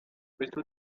questo